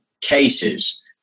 cases